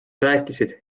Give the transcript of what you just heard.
rääkisid